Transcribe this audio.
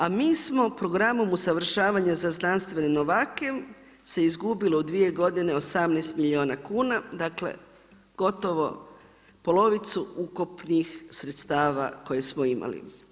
A mi smo Programom usavršavanja za znanstvene novake se izgubilo dvije godine 18 milijuna kuna, dakle gotovo polovicu ukupnih sredstava koje smo imali.